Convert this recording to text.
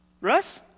Russ